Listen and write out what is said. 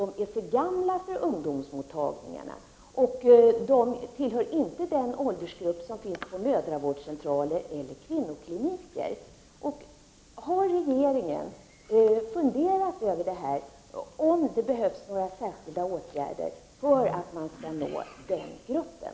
De är för gamla för ungdomsmottagningar och tillhör inte den åldersgrupp som finns på mödravårdscentraler och kvinnokliniker. Har regeringen funderat över om det behövs några särskilda åtgärder för att man skall kunna nå just den gruppen?